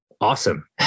awesome